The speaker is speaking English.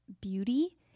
Beauty